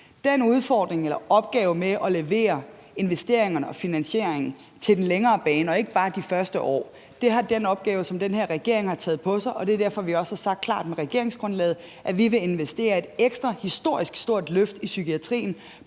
eller opgave med at levere investeringerne og finansieringen til den længere bane og ikke bare de første år er den opgave, som regeringen har taget på sig, og det er derfor, vi også har sagt klart i regeringsgrundlaget, at vi vil investere et ekstra, historisk stort løft i psykiatrien